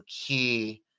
key